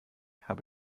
habe